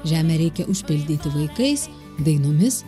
žemę reikia užpildyti vaikais dainomis